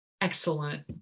Excellent